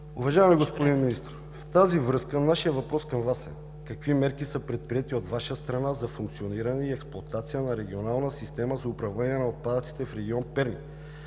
Уважаеми господин Министър, в тази връзка нашият въпрос към Вас е: Какви мерки са предприети от Ваша страна за функционирането и експлоатацията на Регионална система за управление на отпадъците в регион Перник